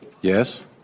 Yes